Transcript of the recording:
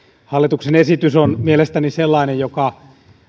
hallituksen esitys on mielestäni sellainen joka